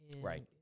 Right